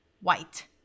white